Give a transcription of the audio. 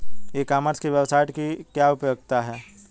ई commerce की website की क्या उपयोगिता है?